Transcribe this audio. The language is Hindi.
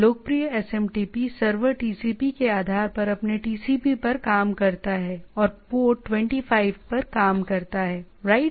लोकप्रिय एसएमटीपी सर्वर टीसीपी के आधार पर अपने टीसीपी पर काम करता है और पोर्ट 25 पर काम करता है राइट